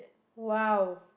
!wow!